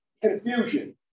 confusion